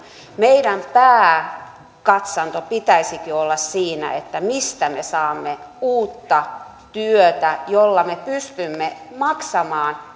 meidän pääkatsantomme pitäisikin olla siinä mistä me saamme uutta työtä jolla me pystymme maksamaan